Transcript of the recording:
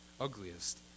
ugliest